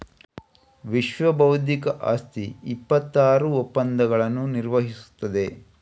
ವಿಶ್ವಬೌದ್ಧಿಕ ಆಸ್ತಿ ಇಪ್ಪತ್ತಾರು ಒಪ್ಪಂದಗಳನ್ನು ನಿರ್ವಹಿಸುತ್ತದೆ